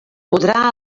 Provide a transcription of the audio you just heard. podrà